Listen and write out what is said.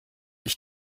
ich